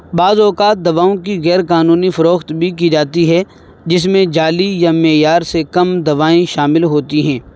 بعض اوقات دواؤں کی غیر قانونی فروخت بھی کی جاتی ہے جس میں جعلی یا معیار سے کم دوائیں شامل ہوتی ہیں